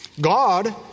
God